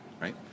right